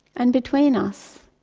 and between us,